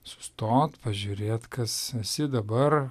sustot pažiūrėt kas esi dabar